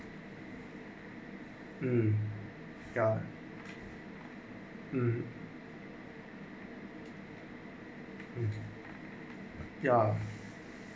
mm ya mm mm ya